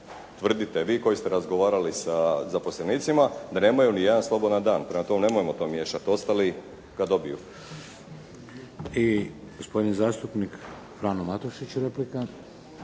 tvrdite vi koji ste razgovarali sa zaposlenicima da nemaju ni jedan slobodan dan. Prema tome, nemojmo to miješati, ostali kad dobiju. **Šeks, Vladimir (HDZ)** I gospodin zastupnik Frano Matušić, replika.